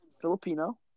Filipino